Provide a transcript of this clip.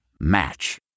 match